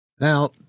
Now